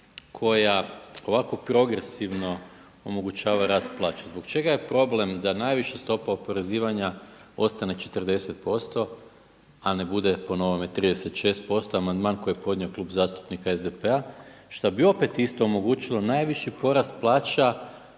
koja ovako progresivno omogućava rast plaće. Zbog čega je problem da najviša stopa oporezivanja ostane 40% a ne bude po novome 36%, amandman koji je podnio Klub zastupnika SDP-a što bi opet isto omogućilo najviši porast plaća